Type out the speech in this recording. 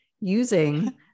using